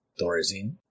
Thorazine